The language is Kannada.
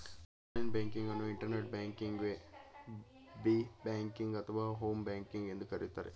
ಆನ್ಲೈನ್ ಬ್ಯಾಂಕಿಂಗ್ ಅನ್ನು ಇಂಟರ್ನೆಟ್ ಬ್ಯಾಂಕಿಂಗ್ವೆ, ಬ್ ಬ್ಯಾಂಕಿಂಗ್ ಅಥವಾ ಹೋಮ್ ಬ್ಯಾಂಕಿಂಗ್ ಎಂದು ಕರೆಯುತ್ತಾರೆ